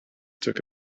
took